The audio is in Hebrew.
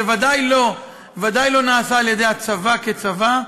זה בוודאי לא נעשה על-ידי הצבא כצבא,